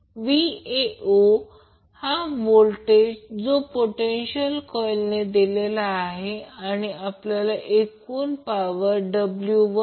तर Vcb VL √ cos 30 o हे समीकरण 2 आहे नंतर टोटल वॅटमीटरच रीडिंग